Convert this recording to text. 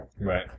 Right